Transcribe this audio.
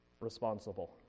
responsible